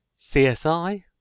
CSI